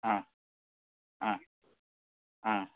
অঁ অঁ অঁ